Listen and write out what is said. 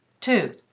Two